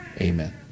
amen